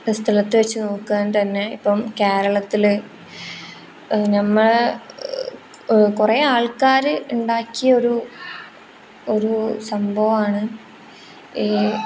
സ്ഥലത്ത് വെച്ച് നോക്കാൻ തന്നെ ഇപ്പം കേരളത്തിൽ നമ്മളെ കുറേ ആൾക്കാർ ഉണ്ടാക്കിയ ഒരു ഒരു സംഭവമാണ് ഈ